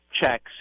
checks